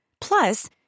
Plus